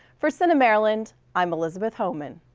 for cinemaryland, i'm elizabeth homan.